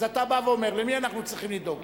אז אתה בא ואומר: למי אנחנו צריכים לדאוג,